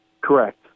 Correct